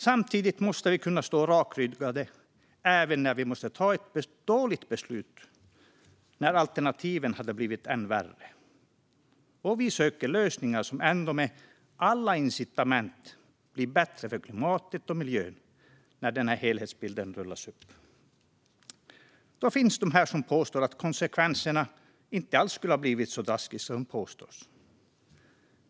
Samtidigt måste vi kunna stå rakryggade även när vi måste ta ett dåligt beslut, när alternativen hade varit än värre. Vi söker lösningar som med alla incitament blir bättre för klimatet och miljön när denna helhetsbild målas upp. Det finns de som påstår att konsekvenserna inte alls skulle bli så drastiska som det påstås.